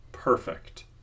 Perfect